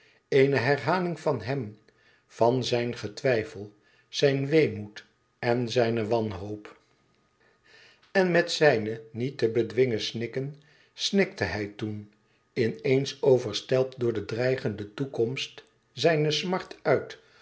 eene herhaling van hem van zijn geweifel zijn weemoed en zijne wanhoop en met zijne niet te bedwingen snikken snikte hij toen in eens overstelpt door de dreigende toekomst zijne smart uit